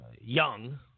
young